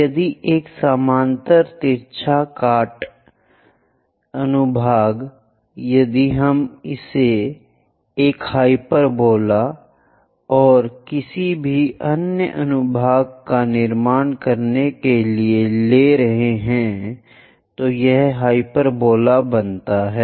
यदि एक समानांतर तिरछा काट अनुभाग यदि हम इसे एक हाइपरबोला और किसी भी अन्य अनुभाग का निर्माण करने के लिए ले रहे हैं तो यह हाइपरबोला बनाता है